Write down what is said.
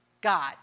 God